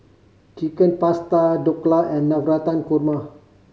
Chicken Pasta Dhokla and Navratan Korma